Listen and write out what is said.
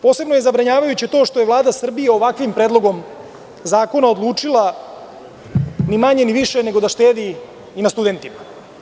Posebno je zabrinjavajuće to što je Vlada Srbije ovakvim predlogom zakona odlučila da štedi i na studentima.